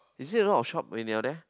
is it a lot of shop when you are there